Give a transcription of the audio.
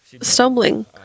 stumbling